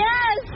Yes